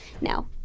now